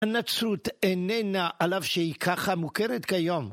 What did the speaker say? הנצרות איננה עליו שהיא ככה מוכרת כיום.